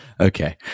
Okay